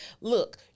Look